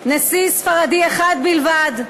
נשיא ספרדי אחד בלבד.